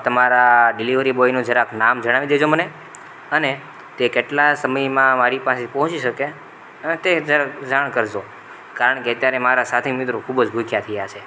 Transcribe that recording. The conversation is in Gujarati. તમારા ડિલીવરી બોયનું જરાક નામ જણાવી દેજો મને અને તે કેટલા સમયમાં મારી પાસે પહોંચી શકે તે જરાક જાણ કરજો કારણ કે અત્યારે મારા સાથી મિત્રો ખૂબ જ ભૂખ્યાં થયા છે